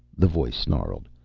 the voice snarled.